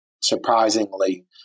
surprisingly